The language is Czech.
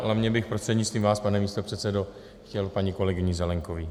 Hlavně bych prostřednictvím vás, pane místopředsedo, chtěl říct paní kolegyni Zelienkové.